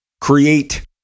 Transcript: create